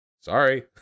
sorry